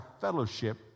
fellowship